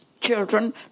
children